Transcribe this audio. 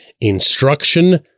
instruction